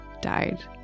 died